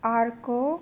अर्को